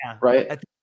Right